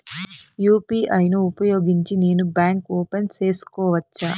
UPI ను ఉపయోగించి నేను బ్యాంకు ఓపెన్ సేసుకోవచ్చా?